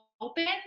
open